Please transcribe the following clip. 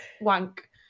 wank